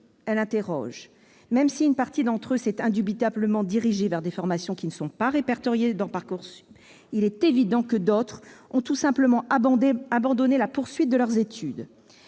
interroge : même si une partie d'entre eux s'est indubitablement dirigée vers des formations non répertoriées sur Parcoursup, il est évident que d'autres ont tout simplement abandonné la poursuite de leurs études.